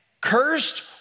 cursed